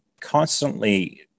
constantly